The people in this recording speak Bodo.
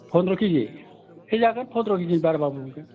फन्द्रह खेजि दे जागोन फन्द्रह खेजिनि बाराबाबो मोनगोन